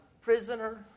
prisoner